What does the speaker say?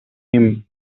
him